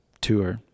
tour